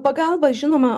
pagalba žinoma